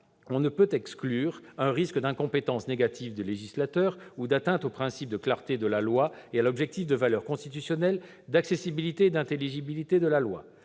on ne peut exclure un risque d'incompétence négative du législateur ou d'atteinte au principe de clarté de la loi et à l'objectif de valeur constitutionnelle d'accessibilité et d'intelligibilité de la loi.